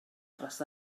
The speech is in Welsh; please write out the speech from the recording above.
dros